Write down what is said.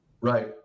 Right